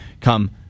come